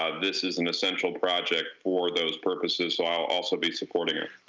ah this is an essential project for those purposes. so i'll also be supporting her.